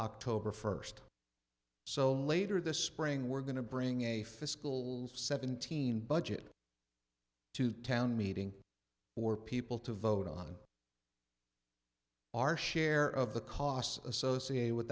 first so later this spring we're going to bring a fiscal seventeen budget to town meeting or people to vote on our share of the costs associated with